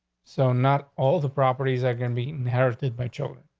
so not all the properties are gonna be inherited by children.